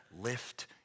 lift